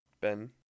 Ben